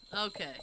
Okay